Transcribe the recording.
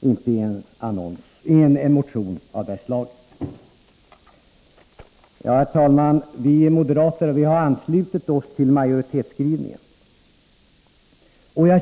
inte i en motion av detta slag. Herr talman! Vi moderater har anslutit oss till majoritetens skrivning.